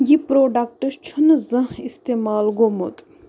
یہِ پرٛوڈکٹ چھُنہٕ زانٛہہِ استعمال گوٚومُت